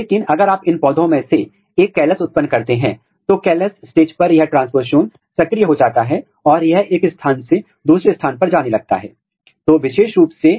अंतिम विधि जो टेंपोरल और स्पेसीएल एक्सप्रेशन का अध्ययन करने के लिए इस्तेमाल की जा रही है वह प्रमोटर ट्रैपिंग या एन्हांसर ट्रैपिंग या जीन ट्रैपिंग है